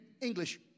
English